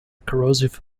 corrosive